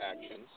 actions